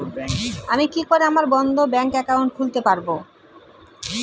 আমি কি করে আমার বন্ধ ব্যাংক একাউন্ট খুলতে পারবো?